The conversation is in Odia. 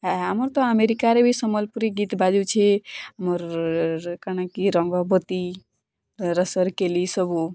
ହେ ଆମର୍ ତ ଆମେରିକାରେ ବି ସମଲପୁରୀ ଗୀତ୍ ବାଜୁଛି ମୋର୍ କାଣା କି ରଙ୍ଗବତୀ ରସର୍କେଲି ସବୁ